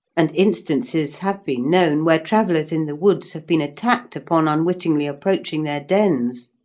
and instances have been known where travellers in the woods have been attacked upon unwittingly approaching their dens.